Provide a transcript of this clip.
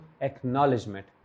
acknowledgement